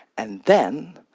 and then,